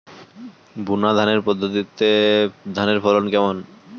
বুনাধানের পদ্ধতিতে ধানের ফলন কেমন?